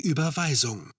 Überweisung